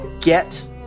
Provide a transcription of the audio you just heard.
get